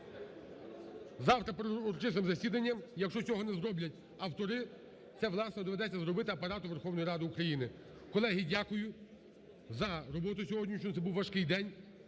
завтра перед урочистим засіданням, якщо цього не зроблять автори, це, власне, доведеться зробити Апарату Верховної Ради України. Колеги, дякую за роботу сьогоднішню. Це був важкий день,